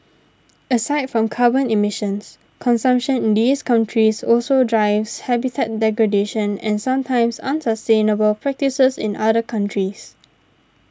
aside from carbon emissions consumption in these countries also drives habitat degradation and sometimes unsustainable practices in other countries